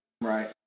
Right